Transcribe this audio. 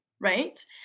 Right